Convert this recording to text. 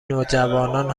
نوجوانان